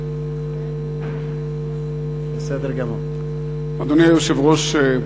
אדוני היושב-ראש,